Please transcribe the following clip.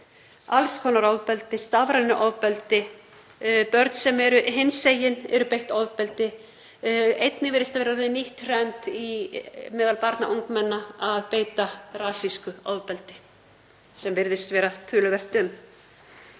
alls konar ofbeldi, stafrænt ofbeldi. Börn sem eru hinsegin eru beitt ofbeldi. Einnig virðist vera orðið nýtt „trend“ meðal barna og ungmenna að beita rasísku ofbeldi og virðist vera töluvert um